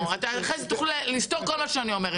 אחרי זה תוכלי לסתור את כל מה שאני אומרת.